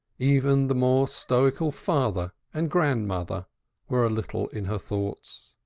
even the more stoical father and grandmother were a little in her thoughts.